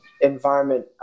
Environment